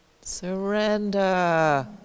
Surrender